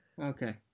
Okay